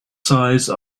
size